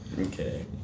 Okay